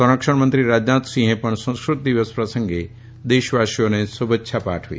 સંરક્ષણ મંત્રી રાજનાથસિંહે પણ સંસ્કૃત દિવસ પ્રસંગે દેશવાસીઓને શુભેચ્છાઓ પાઠવી છે